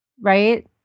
Right